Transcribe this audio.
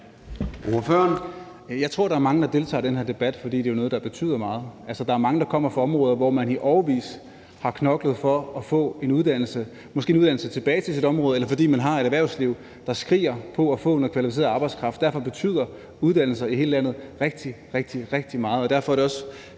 Jeg tror, der er mange, der deltager i den her debat, fordi det er noget, der betyder meget. Altså, der er mange, der kommer fra områder, hvor man i årevis har knoklet for at få en uddannelse, måske få en uddannelse tilbage til sit område, eller fordi man har et erhvervsliv, der skriger på at få noget kvalificeret arbejdskraft. Derfor betyder uddannelser i hele landet rigtig, rigtig